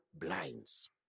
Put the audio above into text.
blinds